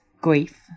grief